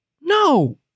No